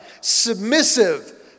Submissive